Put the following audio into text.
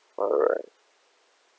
alright